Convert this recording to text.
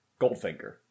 Goldfinger